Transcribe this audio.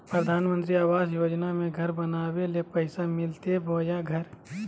प्रधानमंत्री आवास योजना में घर बनावे ले पैसा मिलते बोया घर?